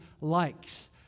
likes